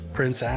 Prince